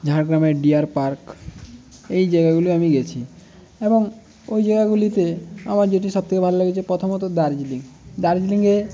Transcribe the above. ঝাড়গ্রামের deer park এই জায়গাগুলোয় আমি গেছি এবং ওই জায়গাগুলিতে আমার যেটি সব থেকে ভাল লাগে যে প্রথমত দার্জিলিং দার্জিলিংয়ে